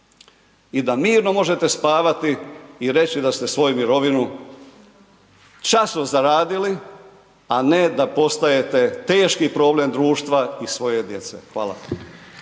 i da mirno možete spavati i reći da ste svoju mirovinu časno zaradili a ne da postajete teški problem društva i svoje djece, hvala.